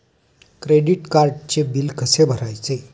Credit कार्डचे bill कसे भरायचे?